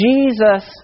Jesus